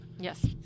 Yes